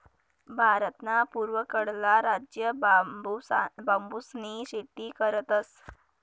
भारतना पूर्वकडला राज्य बांबूसनी शेती करतस